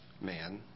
man